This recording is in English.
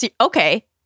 okay